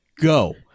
go